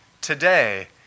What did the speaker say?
Today